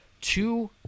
Two